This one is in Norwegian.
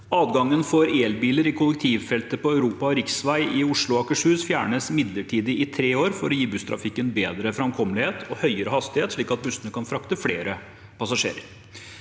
Adgangen for elbiler i kollektivfeltet på europa- og riksvei i Oslo og Akershus fjernes midlertidig i tre år for å gi busstrafikken bedre framkommelighet og høyere hastighet, slik at bussene kan frakte flere passasjerer.